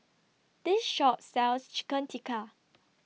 This Shop sells Chicken Tikka